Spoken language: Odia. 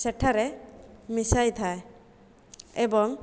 ସେଠାରେ ମିଶାଇଥାଏ ଏବଂ